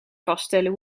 vaststellen